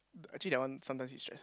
actually that one sometimes distress